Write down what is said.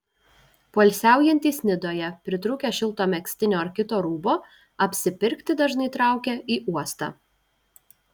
poilsiaujantys nidoje pritrūkę šilto megztinio ar kito rūbo apsipirkti dažnai traukia į uostą